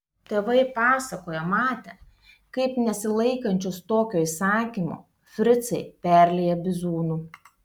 tėvai pasakojo matę kaip nesilaikančius tokio įsakymo fricai perlieja bizūnu